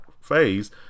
phase